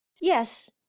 Yes